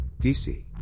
dc